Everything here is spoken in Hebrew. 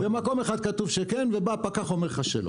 במקום אחד כתוב שכן, ובא פקח ואומר לך שלא.